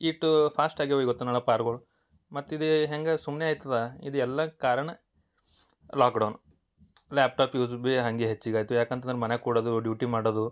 ಇಷ್ಟು ಫಾಸ್ಟಾಗ್ಯಾವೆ ಇವತ್ತುನೊಳ ಪಾರ್ಗಳು ಮತ್ತು ಇದು ಹೆಂಗೆ ಸುಮ್ಮನೆ ಆಗ್ತದಾ ಇದು ಎಲ್ಲ ಕಾರಣ ಲಾಕ್ಡೌನ್ ಲ್ಯಾಪ್ಟಾಪ್ ಯೂಸ್ ಬಿ ಹಾಗೆ ಹೆಚ್ಚಿಗಾಯಿತು ಯಾಕಂತಂದ್ರೆ ಮನ್ಯಾಗೆ ಕೂರದು ಡ್ಯೂಟಿ ಮಾಡೋದು